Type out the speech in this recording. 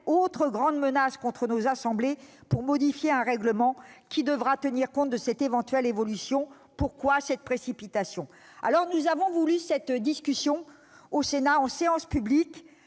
autre grande menace contre nos assemblées, pour modifier un règlement qui devra tenir compte de cette éventuelle évolution ? Pourquoi cette précipitation ? Nous avons voulu cette discussion en séance publique,